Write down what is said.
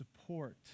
support